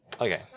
Okay